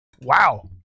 wow